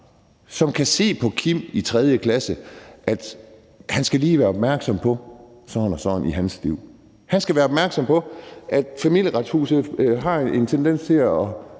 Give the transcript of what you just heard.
som kan se på Kim i 3. klasse, at han lige skal være opmærksom på det og det i hans liv. Han skal være opmærksom på, at Familieretshuset har en tendens til at